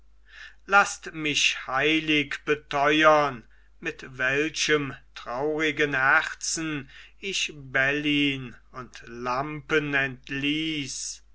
laßt mich heilig beteuern mit welchem traurigen herzen ich bellyn und lampen entließ